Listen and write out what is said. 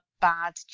bad